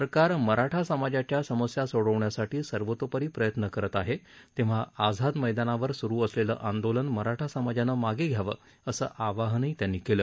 सरकार मराठा समाजाच्या समस्या सोडवण्यासाठी सर्वतोपरी प्रयत्न करत आहे तेव्हा आझाद मप्तानावर सुरु असलेलं आंदोलन मराठा समाजानं मागे घ्यावं असं आवाहन त्यांनी केलं